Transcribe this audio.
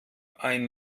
ein